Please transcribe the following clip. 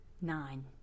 nine